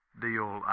deal